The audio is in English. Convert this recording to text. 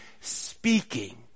speaking